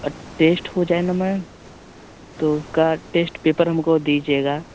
test हो जाए न तो उसका टेश्ट पेपर हमको दीजिएगा